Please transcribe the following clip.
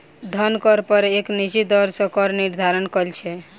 धन कर पर एक निश्चित दर सॅ कर निर्धारण कयल छै